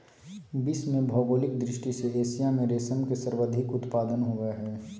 विश्व में भौगोलिक दृष्टि से एशिया में रेशम के सर्वाधिक उत्पादन होबय हइ